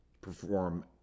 perform